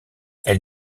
elle